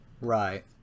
right